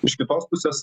iš kitos pusės